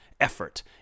effort